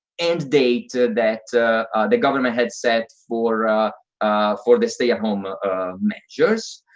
and date that the government had set for ah for the stay-at-home um measures.